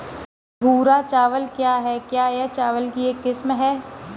भूरा चावल क्या है? क्या यह चावल की एक किस्म है?